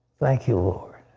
thank you lord.